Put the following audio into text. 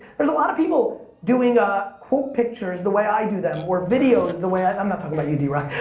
there's a lot of people doing ah quote pictures the way i do them or videos the way i, i'm not talking about you, drock.